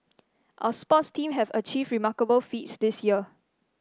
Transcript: our sports team have achieved remarkable feats this year